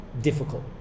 difficult